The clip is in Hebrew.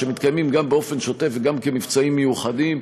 שמתקיימים גם באופן שוטף וגם כמבצעים מיוחדים.